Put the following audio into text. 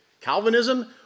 Calvinism